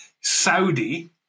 Saudi